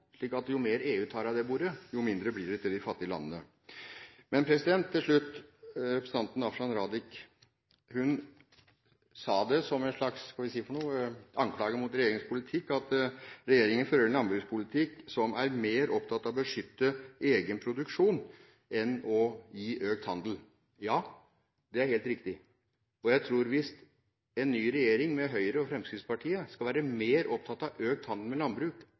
slik at jo mer EU tar av det bordet, jo mindre blir det til de fattige landene. Til slutt: Representanten Afshan Rafiq sa som en slags anklage mot regjeringens politikk at regjeringen «fører en landbrukspolitikk hvor en er mer opptatt av å beskytte egen matproduksjon enn av å stimulere til økt handel». Ja, det er helt riktig. Hvis en ny regjering med Høyre og Fremskrittspartiet skal være mer opptatt av økt handel med landbruk